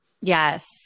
yes